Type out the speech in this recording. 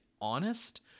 honest